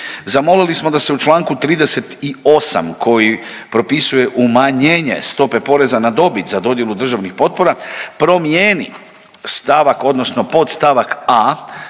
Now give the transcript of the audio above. Zamolili smo da se u čl. 38., koji propisuje umanjenje stope poreza na dobit za dodjelu državnih potpora promijeni stavak odnosno podst. a. u